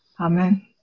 Amen